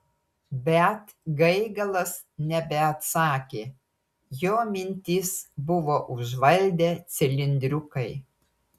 bet gaigalas nebeatsakė jo mintis buvo užvaldę cilindriukai